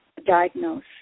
Diagnose